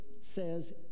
says